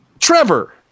Trevor